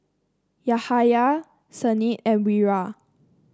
Yahaya Senin and Wira